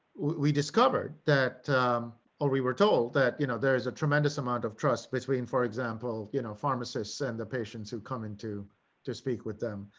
we discovered that or we were told that you know there is a tremendous amount of trust between. for example, you know, pharmacists and the patients who come into to speak with them.